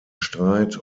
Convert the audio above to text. streit